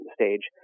stage